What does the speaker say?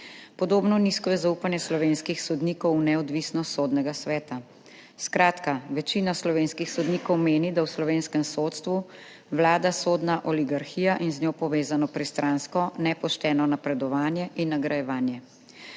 Podobno nizko je zaupanje slovenskih sodnikov v neodvisnost Sodnega sveta. Skratka, večina slovenskih sodnikov meni, da v slovenskem sodstvu vlada sodna oligarhija in z njo povezano pristransko, nepošteno napredovanje in nagrajevanje.